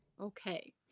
Okay